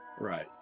Right